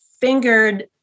fingered